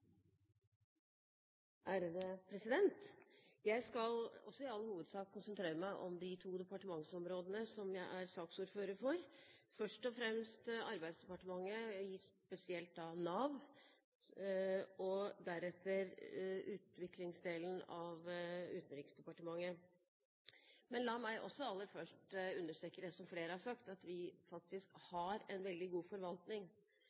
tida framover. Jeg skal i all hovedsak konsentrere meg om de to departementsområdene som jeg er saksordfører for, først og fremst Arbeidsdepartementet, spesielt da Nav, og deretter utviklingsdelen av Utenriksdepartementet. Men la meg aller først understreke det som også flere har sagt, at vi faktisk har en veldig god forvaltning,